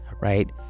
right